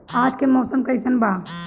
आज के मौसम कइसन बा?